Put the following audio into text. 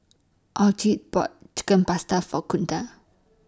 Alcide bought Chicken Pasta For Kunta